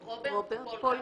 נכון.